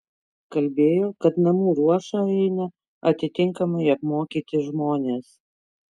kalbėjo kad namų ruošą eina atitinkamai apmokyti žmonės